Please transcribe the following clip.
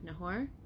Nahor